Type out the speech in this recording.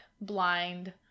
blind